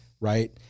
right